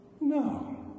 no